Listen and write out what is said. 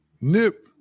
Nip